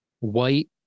White